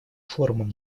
форумом